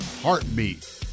heartbeat